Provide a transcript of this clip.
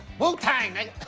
wu tang it.